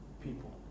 people